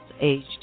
aged